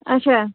اَچھا